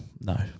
No